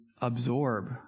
absorb